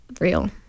real